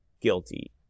guilty